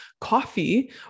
coffee